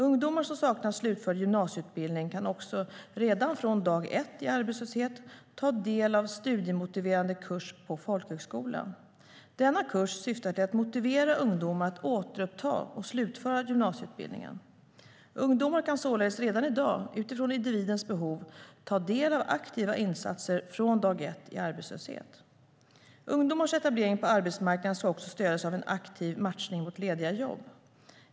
Ungdomar som saknar slutförd gymnasieutbildning kan också, redan från dag ett i arbetslöshet, ta del av studiemotiverande kurs på folkhögskola. Denna kurs syftar till att motivera ungdomar att återuppta och slutföra gymnasieutbildningen. Ungdomar kan således redan i dag, utifrån individens behov, ta del av aktiva insatser från dag ett i arbetslöshet. Ungdomars etablering på arbetsmarknaden ska också stödjas av en aktiv matchning mot lediga jobb.